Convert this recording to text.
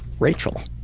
rachel.